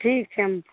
ठीक छै